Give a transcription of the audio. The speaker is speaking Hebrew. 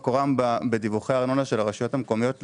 מקורם בדיווחי הארנונה של הרשויות המקומיות ללמ"ס.